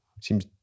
seems